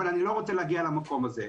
אבל אני לא רוצה להגיע למקום הזה...